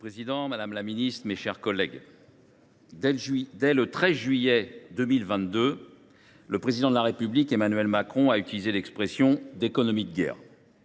Monsieur le président, madame la ministre, mes chers collègues, dès le 13 juillet 2022, le Président de la République Emmanuel Macron utilisait l’expression d’« économie de guerre